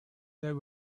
there